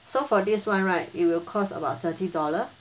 so for this one right it will cost about thirty dollar